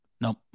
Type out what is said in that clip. Nope